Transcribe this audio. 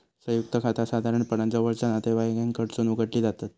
संयुक्त खाता साधारणपणान जवळचा नातेवाईकांकडसून उघडली जातत